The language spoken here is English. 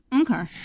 Okay